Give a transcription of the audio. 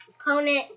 opponent